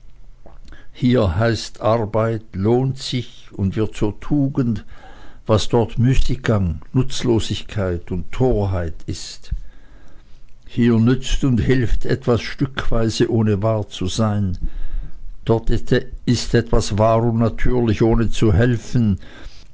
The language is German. hier heißt arbeit lohnt sich und wird zur tugend was dort müßiggang nutzlosigkeit und torheit ist hier nützt und hilft etwas stückweise ohne wahr zu sein dort ist etwas wahr und natürlich ohne zu helfen